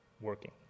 working